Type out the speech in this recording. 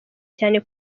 cyane